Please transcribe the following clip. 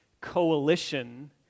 coalition